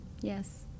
Yes